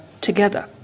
together